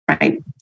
right